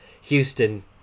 Houston